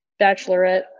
bachelorette